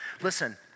Listen